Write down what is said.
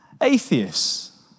Atheists